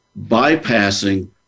bypassing